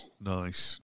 Nice